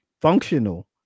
Functional